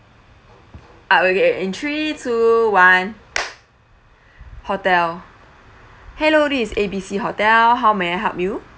I will get in three two one hotel hello this A_B_C hotel how may I help you